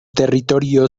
territorio